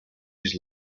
his